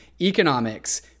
economics